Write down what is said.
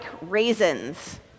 raisins